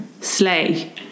sleigh